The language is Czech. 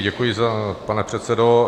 Děkuji, pane předsedo.